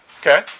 Okay